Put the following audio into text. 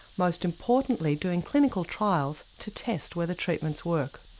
most importantly doing clinical trials to test whether treatments work.